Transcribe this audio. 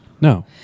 No